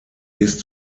ist